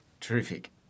Terrific